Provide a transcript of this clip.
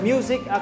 Music